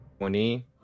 20